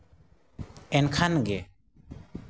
ᱮᱱᱠᱷᱟᱱ ᱜᱮ